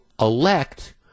elect